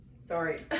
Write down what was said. Sorry